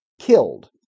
killed